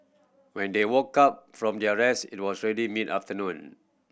when they woke up from their rest it was already mid afternoon